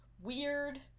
weird